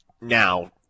Now